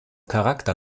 charakter